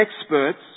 experts